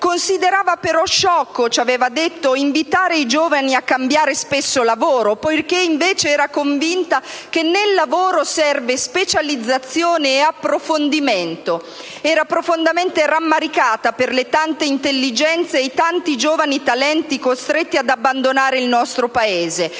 Considerava però sciocco - ci aveva detto - invitare i giovani a cambiare spesso lavoro poiché, invece, era convinta che nel lavoro servano specializzazione e approfondimento. Era profondamente rammaricata per le tante intelligenze e i tanti giovani talenti costretti ad abbandonare il nostro Paese,